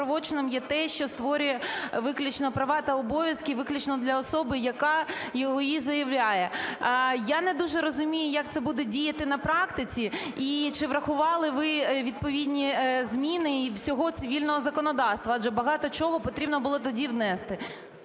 Я не дуже розумію, як це буде діяти на практиці і чи врахували ви відповідні зміни і всього цивільного законодавства, адже багато чого потрібно було тоді внести.